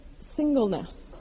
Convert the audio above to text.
singleness